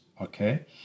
Okay